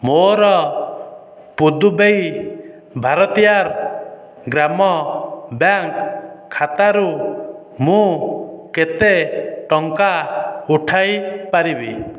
ମୋର ପୁଦୁବୈ ଭାରତିୟାର ଗ୍ରାମ ବ୍ୟାଙ୍କ୍ ଖାତାରୁ ମୁଁ କେତେ ଟଙ୍କା ଉଠାଇ ପାରିବି